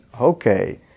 okay